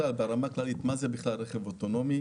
ברמה הכללית מה זה בכלל רכב אוטונומי?